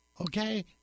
okay